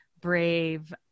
brave